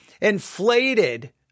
inflated